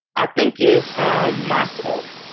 i think, is um myself.